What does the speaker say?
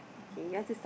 okay